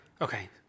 Okay